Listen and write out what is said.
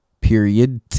period